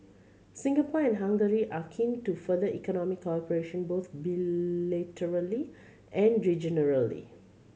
Singapore and Hungary are keen to further economic cooperation both bilaterally and